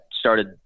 started